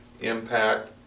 impact